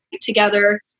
together